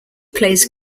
plays